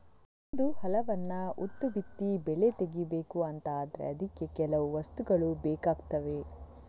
ಒಂದು ಹೊಲವನ್ನ ಉತ್ತು ಬಿತ್ತಿ ಬೆಳೆ ತೆಗೀಬೇಕು ಅಂತ ಆದ್ರೆ ಅದಕ್ಕೆ ಕೆಲವು ವಸ್ತುಗಳು ಬೇಕಾಗ್ತವೆ